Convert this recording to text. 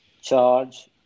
charge